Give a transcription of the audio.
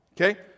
okay